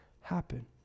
happen